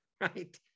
right